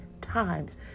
times